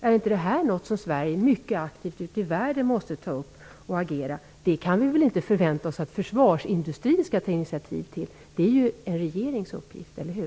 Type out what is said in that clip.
Är inte detta något som Sverige mycket aktivt måste ta upp och agera för ute i världen? Vi kan väl inte förvänta oss att försvarsindustrin tar sådana initiativ. Det är ju en regerings uppgift, eller hur?